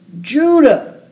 Judah